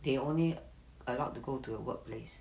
they only allowed to go to a workplace